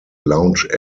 lounge